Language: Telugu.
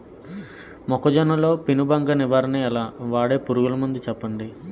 మొక్కజొన్న లో పెను బంక నివారణ ఎలా? వాడే పురుగు మందులు చెప్పండి?